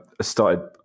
started